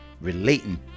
relating